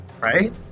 Right